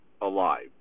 alive